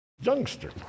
youngster